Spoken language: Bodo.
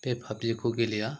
बे पाबजिखौ गेलेया